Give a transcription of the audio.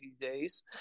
days